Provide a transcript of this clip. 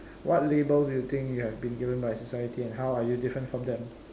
what labels do you think you have been given by society and how are you different from them